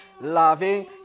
loving